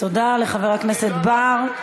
תודה לחבר הכנסת בר.